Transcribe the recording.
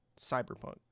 cyberpunk